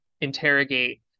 interrogate